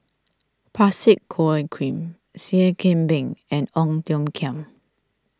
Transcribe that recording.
Parsick Joaquim Seah Kian Peng and Ong Tiong Khiam